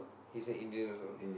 he's a Indian also